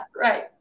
right